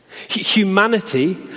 Humanity